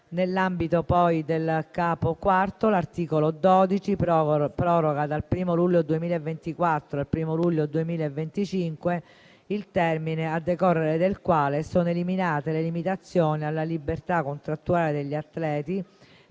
Nell'ambito poi del Capo IV, l'articolo 12 proroga dal 1° luglio 2024 al 1° luglio 2025 il termine a decorrere dal quale sono eliminate le limitazioni alla libertà contrattuale degli atleti